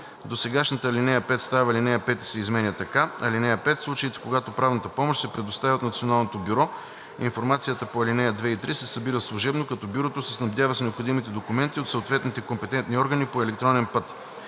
Досегашната ал. 4 става ал. 5 и се изменя така: „(5) В случаите, когато правната помощ се предоставя от НБПП, информацията по ал. 2 и 3 се събира служебно, като бюрото се снабдява с необходимите документи от съответните компетентни органи по електронен път.